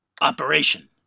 operation